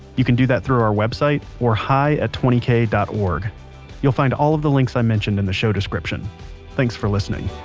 you can do that through the website or hi at twenty k dot org you'll find all of the links i mentioned in the show description thanks for listening